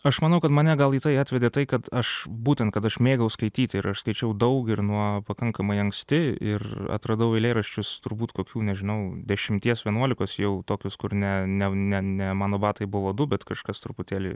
aš manau kad mane gal į tai atvedė tai kad aš būtent kad aš mėgau skaityti ir aš skaičiau daug ir nuo pakankamai anksti ir atradau eilėraščius turbūt kokių nežinau dešimties vienuolikos jau tokius kur ne ne ne ne mano batai buvo du bet kažkas truputėlį